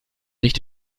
nicht